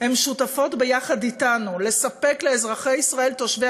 הן שותפות ביחד אתנו לספק לאזרחי ישראל תושבי